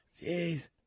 Jeez